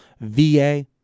VA